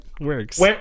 works